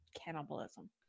cannibalism